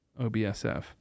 OBSF